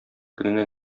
көненә